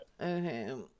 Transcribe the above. Okay